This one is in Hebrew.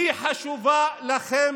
הוא חשוב לכם,